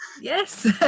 yes